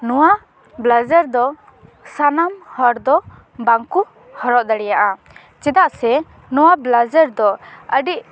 ᱱᱚᱣᱟ ᱵᱮᱞᱟᱡᱟᱨ ᱫᱚ ᱥᱟᱱᱟᱢ ᱦᱚᱲ ᱫᱚ ᱵᱟᱝᱠᱚ ᱦᱚᱨᱚᱜ ᱫᱟᱲᱮᱭᱟᱜᱼᱟ ᱪᱮᱫᱟᱜ ᱥᱮ ᱱᱚᱣᱟ ᱵᱮᱞᱟᱡᱟᱨ ᱫᱚ ᱟᱹᱰᱤ